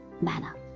Manner